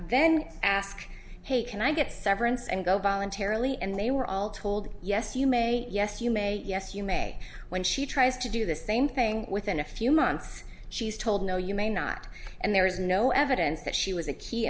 then ask hey can i get severance and go bollen terribly and they were all told yes you may yes you may yes you may when she tries to do the same thing within a few months she's told no you may not and there is no evidence that she was a key